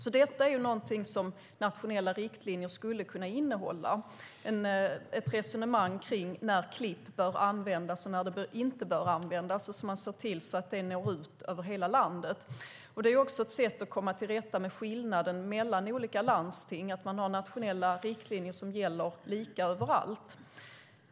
Ett resonemang om när klipp bör användas eller inte bör användas är något som nationella riktlinjer som når ut över hela landet skulle kunna innehålla. Nationella riktlinjer som gäller lika överallt är också ett sätt att komma till rätta med skillnaden mellan olika landsting.